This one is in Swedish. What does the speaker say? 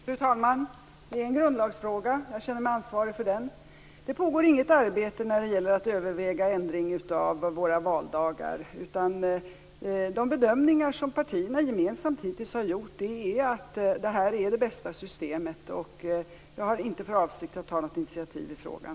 Fru talman! Det är en grundlagsfråga. Jag känner mig ansvarig för den. Det pågår inget arbete när det gäller att överväga ändring av våra valdagar. Den bedömning som partierna gemensamt hittills har gjort är att detta är det bästa systemet. Jag har inte för avsikt att ta något initiativ i frågan.